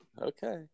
Okay